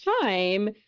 time